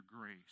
grace